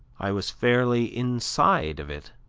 i was fairly inside of it.